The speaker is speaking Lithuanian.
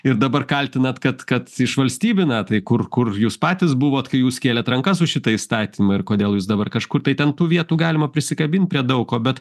ir dabar kaltinat kad kad išvalstybina tai kur kur jūs patys buvot kai jūs kėlėt rankas už šitą įstatymą ir kodėl jūs dabar kažkur tai ten tų vietų galima prisikabint prie daug ko bet